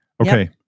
Okay